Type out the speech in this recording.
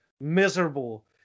miserable